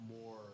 more